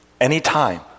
anytime